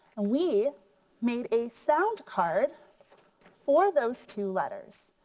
we made a sound card for those two letters.